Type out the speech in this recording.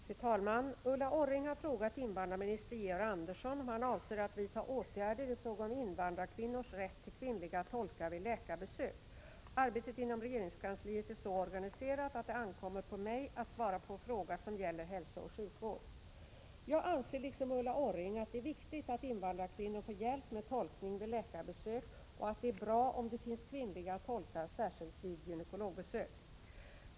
Fru talman! Ulla Orring har frågat invandrarminister Georg Andersson om han avser att vidta åtgärder i fråga om invandrarkvinnors rätt till kvinnliga tolkar vid läkarbesök. Arbetet inom regeringskansliet är så organiserat att det ankommer på mig att svara på fråga som gäller hälsooch sjukvård. Jag anser, liksom Ulla Orring, att det är viktigt att invandrarkvinnor får hjälp med tolkning vid läkarbesök och att det är bra om det finns kvinnliga tolkar särskilt vid gynekologbesök.